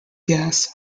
gas